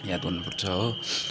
याद गर्नुपर्छ हो